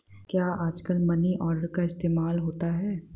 क्या आजकल money order का इस्तेमाल होता है?